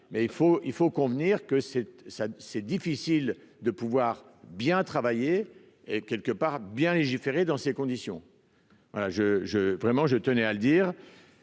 faut, il faut convenir que c'est ça, c'est difficile de pouvoir bien travailler et quelque part bien légiférer dans ces conditions, voilà je, je, vraiment, je tenais à le dire,